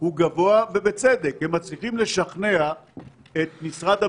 מתוך כ-150,000 אנשים שבאו במגע עם אנשים חולים,